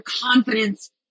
confidence